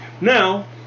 Now